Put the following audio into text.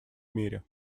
мире